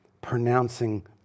pronouncing